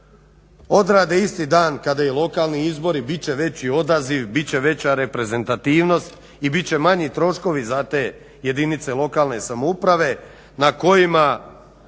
odrade isti dan kada i lokalni izbori. Bit će veći odaziv, bit će veća reprezentativnost i bit će manji troškovi za te jedinice lokalne samouprave na kojima,